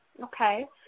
Okay